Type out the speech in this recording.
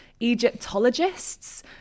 Egyptologists